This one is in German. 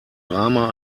drama